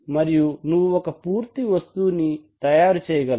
మరియు నువ్వు ఒక పూర్తి వస్తువుని తయారు చేయగలవు